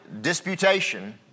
disputation